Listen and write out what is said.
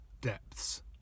depths